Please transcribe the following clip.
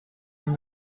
nous